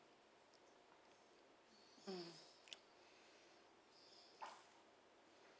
mm